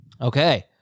Okay